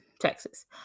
texas